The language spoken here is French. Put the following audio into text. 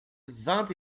vingt